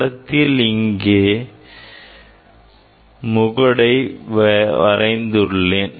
படத்தில் இங்கே முகடை வரைந்துள்ளேன்